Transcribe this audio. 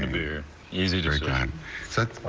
and they're easy to act so